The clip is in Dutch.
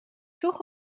toch